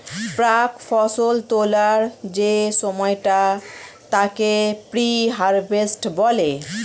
প্রাক্ ফসল তোলার যে সময়টা তাকে প্রি হারভেস্ট বলে